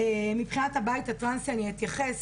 מבחינת הבית הטרנסי אני אתייחס,